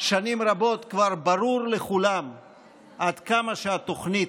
שנים רבות כבר ברור לכולם עד כמה שהתוכנית,